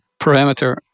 parameter